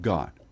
God